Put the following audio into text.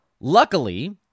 Luckily